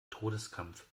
todeskampf